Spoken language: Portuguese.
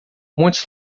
muitos